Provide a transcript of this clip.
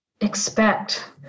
expect